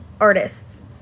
artists